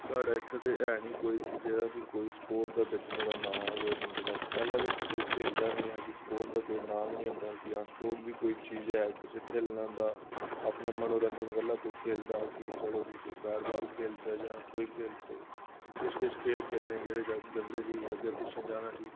साढ़े इत्थें ते है नेईं कोई की के जेह्ड़ा बी कोई स्पोर्ट दे बिच्च नुहाड़ा नांऽ होऐ बंदे दा पैह्लें ते इत्थें कोई खेलदा नेईं ऐ स्पोर्ट दा कोई नांऽ गै नेईं होंदा कि हां स्पोर्ट बी कोई चीज़ ऐ कुसै गी खेल्लना होंदा अपने मनोरंजन अल्लै कोई खेलदा हा कि चलो जी बैट बाल खेलचै जां कोई खेलचै किश किश खेल खेलने जेह्ड़े किश जागत जंदे ओड़े हे अग्गें पिच्छें जाना उठी